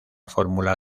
fórmula